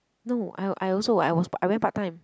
no I I also I was I went part-time